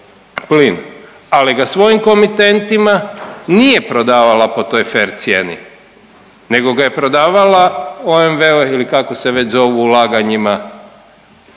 ali ga svojim komitentima nije prodavala po toj fer cijeni, nego ga je prodavala OMV-u ili kako se već zovu ulaganjima